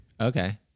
Okay